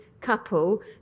couple